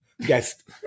guest